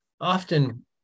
often